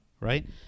right